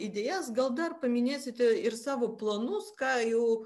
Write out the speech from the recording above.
idėjas gal dar paminėsite ir savo planus ką jau